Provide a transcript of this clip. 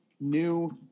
New